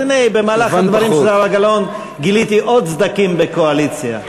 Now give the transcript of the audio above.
במהלך הדברים של זהבה גלאון גיליתי עוד סדקים בקואליציה.